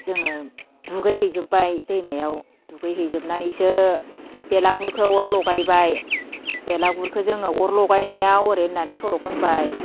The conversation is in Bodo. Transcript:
जोङो दुगै हैजोबबाय दैमायाव दुगै हैजोबनानैसो बेलागुरखौ अर लगायबाय बेलागुरखौ जोङो अर लगायनायाव ओरै होननानै सल' खनबाय